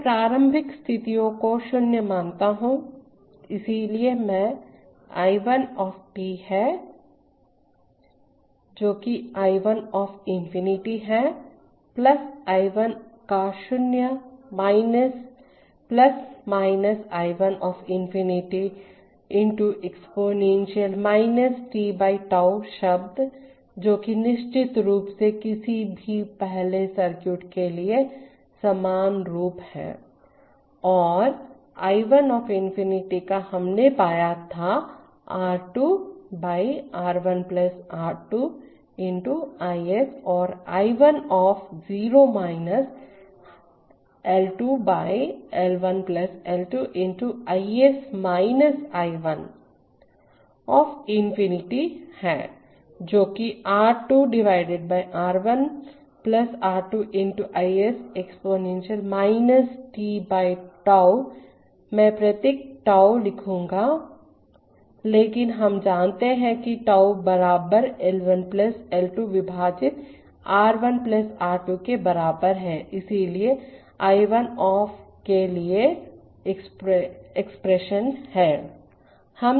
मैं प्रारंभिक स्थितियों को 0 मानता हूं इसलिए मैं I1 ऑफ़ t है जो कि I 1 ऑफ़ इंफिनिटी है I 1 का 0 I 1 of infinity × exponential ttau शब्द जो कि निश्चित रूप से किसी भी पहले सर्किट के लिए सामान्य रूप है और I1 ऑफ़ इंफिनिटी का हमने पाया था R 2 R 1 R 2 × I s और I 1 of ० L 2 L1 L 2 × I s I 1ऑफ़ इंफिनिटी है जो R2 R 1 R 2 × I s exponential t tau मैं प्रतीक ताऊ लिखूंगा लेकिन हम जानते हैं कि ताऊ बराबर L 1 L 2 विभाजित R 1 R 2 के बराबरहै इसलिए यह I1 ऑफ़ के लिए एक्सप्रेशन है